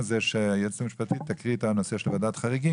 היועצת המשפטית תקריא את הנושא של ועדת חריגים